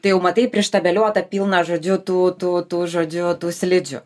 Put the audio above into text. tai jau matai prištabeliuota pilną žodžiu tų tų tų žodžių tų slidžių